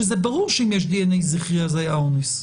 שזה ברור שאם יש דנ"א זכרי אז היה אונס.